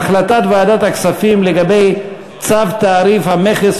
החלטת ועדת הכספים לגבי צו תעריף המכס